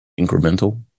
incremental